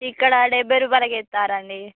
ఇక్కడ డెబ్భై రూపాలకి వేస్తారండి